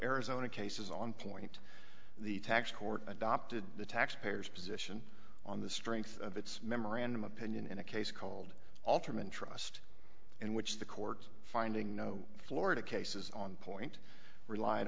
arizona cases on point the tax court adopted the tax payers position on the strength of its memorandum opinion in a case called alterman trust in which the courts finding no florida cases on point relied